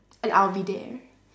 and I'll be there